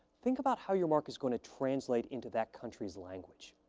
think about how your mark is going to translate into that country's language.